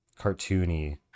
cartoony